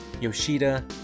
Yoshida